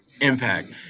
impact